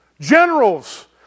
Generals